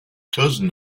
cousin